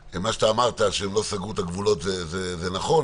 אמרת שהם לא סגרו את הגבולות וזה נכון,